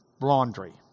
laundry